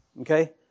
Okay